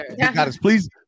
please